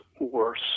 worse